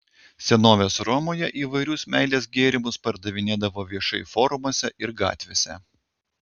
senovės romoje įvairius meilės gėrimus pardavinėdavo viešai forumuose ir gatvėse